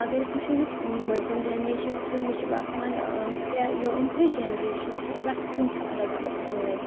اگر أسۍ وٕچھو یُس مٔنٛزِم جَنریشَن چھُ مےٚ چھِ باسان ترٛےٚ یہِ یِم ترٛےٚ جَنریشنہٕ چھِ پرٛٮ۪تھ کُنہِ چھُ الگ الگ سونٛچ